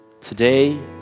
today